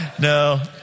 no